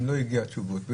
אם לא הגיע התשובות.